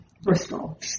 Bristol